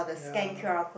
ya